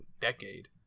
decade